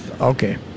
Okay